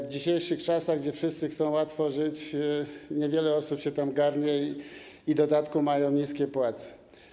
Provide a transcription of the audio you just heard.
W dzisiejszych czasach, gdy wszyscy chcą łatwo żyć, niewiele osób się tam garnie, a w dodatku mają niskie płace.